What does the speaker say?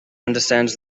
understands